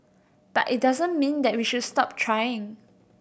but it doesn't mean that we should stop trying